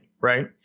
right